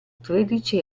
tredici